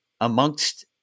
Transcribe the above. amongst